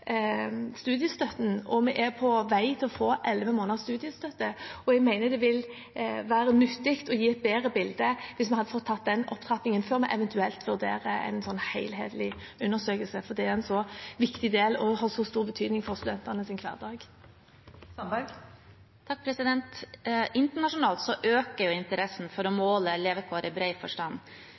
studiestøtten, og vi er på vei til å få elleve måneders studiestøtte. Jeg mener det vil være nyttig og gi et bedre bilde hvis vi får tatt den opptrappingen før vi eventuelt vurderer en slik helhetlig undersøkelse, for det er en så viktig del og har så stor betydning for studentenes hverdag. Internasjonalt øker interessen for å måle levekår i bred forstand,